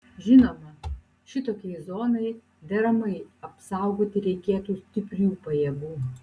žinoma šitokiai zonai deramai apsaugoti reikėtų stiprių pajėgų